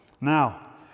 now